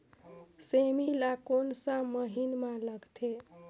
सेमी ला कोन सा महीन मां लगथे?